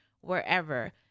wherever